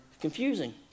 Confusing